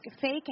fake